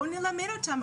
בואו נלמד אותם,